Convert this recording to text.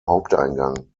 haupteingang